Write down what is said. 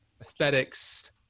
aesthetics